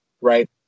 right